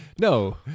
No